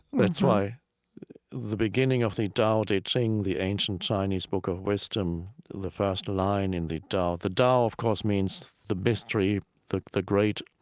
that's why the beginning of the tao te ching, the ancient chinese book of wisdom, the first line in the tao the tao, of course, means the mystery, the the great